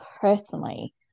personally